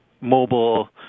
mobile